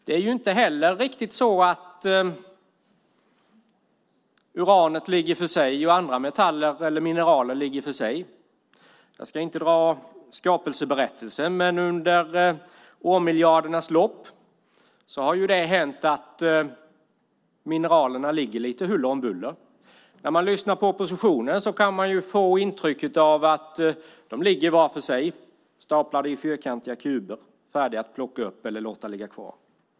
Det är inte heller så att uranet ligger för sig och andra mineraler ligger för sig. Jag ska inte dra skapelseberättelsen, men under årmiljardernas lopp har det hänt att mineralerna har hamnat lite huller om buller. När man lyssnar på oppositionen kan man få intrycket att de ligger var för sig, staplade i fyrkantiga block, färdiga att plockas upp eller ligga kvar.